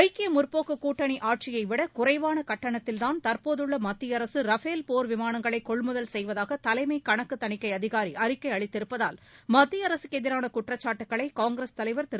ஐக்கிய முற்போக்கு கூட்டணி ஆட்சியைவிட குறைவான கட்டணத்தில்தான் தற்போதுள்ள மத்திய அரசு ரஃபேல் போர் விமானங்களை கொள்முதல் செய்வதாக தலைமை கணக்கு தணிக்கை அதிகாரி அறிக்கை அளித்திருப்பதால் மத்திய அரசுக்கு எதிரான குற்றச்சாட்டுகளை காங்கிரஸ் தலைவர் திரு